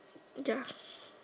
ya